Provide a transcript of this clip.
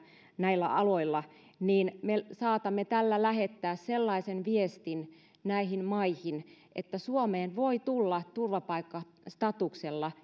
näillä aloilla niin me saatamme tällä lähettää sellaisen viestin näihin maihin että suomeen voi tulla turvapaikkastatuksella